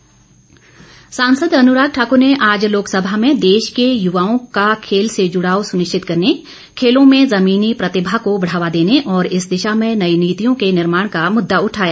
अनुराग ठाकुर सांसद अनुराग ठाकुर ने आज लोकसभा में देश के युवाओं का खेल से जुड़ाव सुनिश्चित करने खेलों में जमीनी प्रतिभा को बढ़ावा देने और इस दिशा में नई नीतियों के निर्माण का मुद्दा उठाया